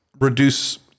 reduce